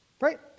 right